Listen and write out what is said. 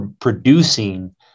producing